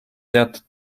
teatud